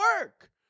work